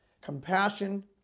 Compassion